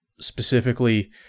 specifically